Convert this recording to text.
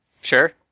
Sure